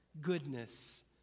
goodness